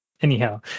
anyhow